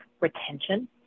retention